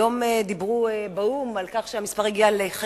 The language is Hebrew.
היום דיברו באו"ם על כך שמספר ההרוגים הגיע לכ-200,000,